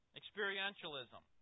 experientialism